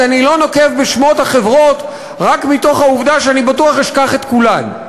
אני לא נוקב בשמות החברות רק מתוך העובדה שאני בטוח אשכח את כולן,